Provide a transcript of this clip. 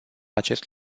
acest